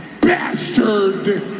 bastard